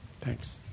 Thanks